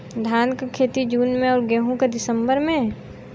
धान क खेती जून में अउर गेहूँ क दिसंबर में?